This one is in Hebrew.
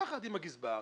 יחד עם הגזבר,